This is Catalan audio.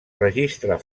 registre